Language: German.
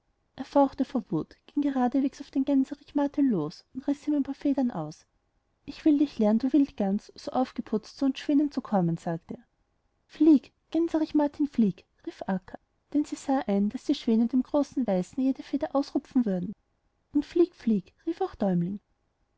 erfauchtevor wut ging geradeswegs auf den gänserich martin los und riß ihm ein paar federn aus ich will dich lehren du wildgans so aufgeputzt zu uns schwänenzukommen sagteer flieg gänserich martin flieg rief akka denn sie sah ein daß die schwäne dem großen weißen jede feder ausrupfen würden und flieg flieg rief auch däumling